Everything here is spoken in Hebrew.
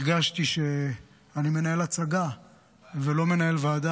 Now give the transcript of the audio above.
הרגשתי שאני מנהל הצגה ולא מנהל ועדה